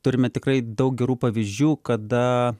turime tikrai daug gerų pavyzdžių kada